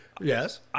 Yes